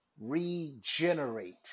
regenerate